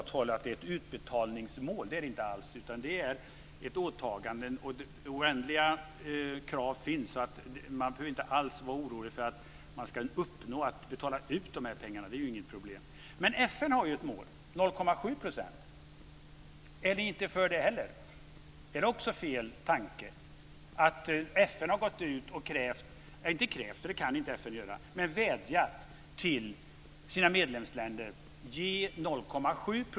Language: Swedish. Det är det inte alls. Det är ett åtagande, och oändliga krav finns. Man behöver inte alls vara orolig för att man ska uppnå att betala ut dessa pengar. Det är inget problem. Det är 0,7 %.